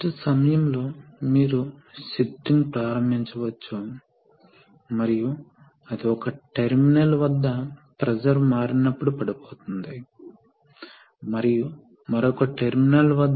అదే సమయంలో ఈ లైన్ చూడండి ఈ లైన్ ఇక్కడ ప్లగ్ చేయబడింది ఈ వాల్వ్ ఒక cam operated valve cam operate చేయబడినప్పుడు ఇది ఎడమ స్థానంలో ఉండాలి కామ్ ఆపరేట్ చేయకపోతే ఇది కుడి స్థానంలో ఉండాలి